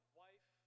wife